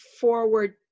forward